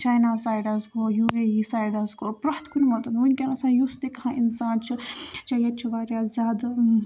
China sides گوٚو یوٗ اے ایی سایڈَس گوٚو پرٛیٚتھ کُنہِ وُنکیٚس یُس تہِ کانٛہہ اِنسان چھُ ییٚتہِ چھُ وارِیاہ زیادٕ